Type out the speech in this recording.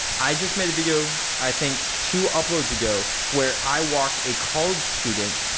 i just made a video i think two uploads ago, where i walked a college student,